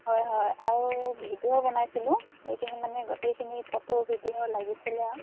হয় হয় আৰু ভিডিঅ' বনাইছিলোঁ এইেখিনি মানে গোটেইখিনি ফটো ভিডিঅ' লাগিছিলে আৰু